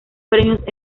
premios